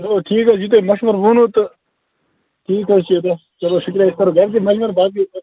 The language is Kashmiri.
چلو ٹھیٖک حظ چھُ یہِ تۅہہِ مَشوَر ووٚنوٕ تہٕ تی گَژھِ بیٚہتر چلو شُکریہِ أسۍ کرو گَرِ تہِ مَشوَر باقٕے لوٗکن